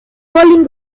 colin